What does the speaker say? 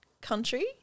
country